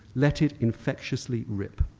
let it infectiously rip.